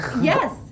yes